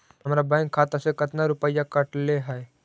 हमरा बैंक खाता से कतना रूपैया कटले है?